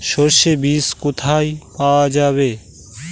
সর্ষে বিজ কোথায় পাওয়া যাবে?